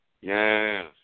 Yes